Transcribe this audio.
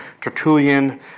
Tertullian